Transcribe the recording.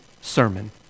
sermon